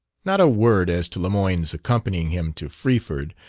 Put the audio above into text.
not a word as to lemoyne's accompanying him to freeford,